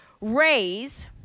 Raise